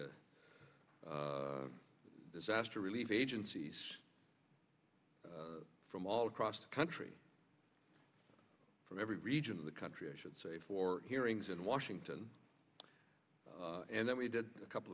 together the disaster relief agencies from all across the country from every region of the country i should say for hearings in washington and then we did a couple